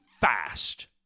fast